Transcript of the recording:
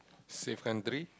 safe country